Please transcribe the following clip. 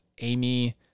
Amy